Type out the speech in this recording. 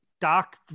doc